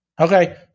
Okay